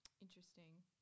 Interesting